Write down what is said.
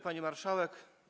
Pani Marszałek!